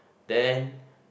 then